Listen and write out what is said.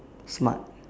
smart